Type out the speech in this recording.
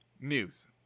News